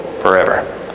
forever